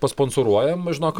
pasponsoruojam žinok